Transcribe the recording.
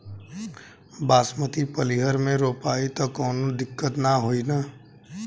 बासमती पलिहर में रोपाई त कवनो दिक्कत ना होई न?